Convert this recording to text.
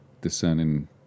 discerning